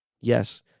Yes